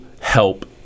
help